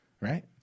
right